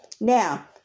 Now